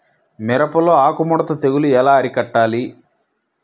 మిరపలో ఆకు ముడత తెగులు ఎలా అరికట్టాలి?